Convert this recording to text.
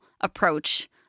approach